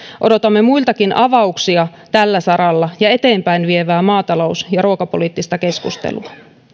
odotamme muiltakin avauksia tällä saralla ja eteenpäin vievää maatalous ja ruokapoliittista keskustelua